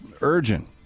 urgent